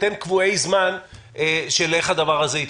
תן קבועי זמן של איך הדבר הזה יתקדם.